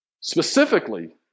specifically